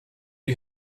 you